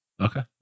Okay